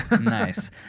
Nice